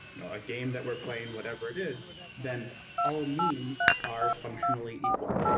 a game that we're playing, whatever it is, then all memes are functionally equal,